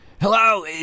Hello